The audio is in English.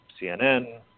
CNN